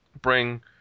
bring